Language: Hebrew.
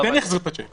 הוא כן יחזיר את השיק.